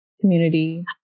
community